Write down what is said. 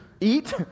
eat